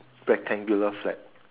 rectangular flag